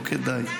לא כדאי.